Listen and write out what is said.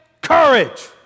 courage